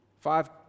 five